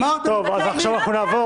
אמרת --- אנחנו נעבור